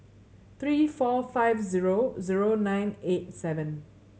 three four five zero zero nine eight seven